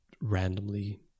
randomly